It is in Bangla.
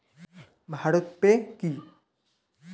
ভারত পে কি?